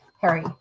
harry